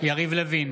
יריב לוין,